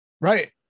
Right